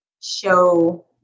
show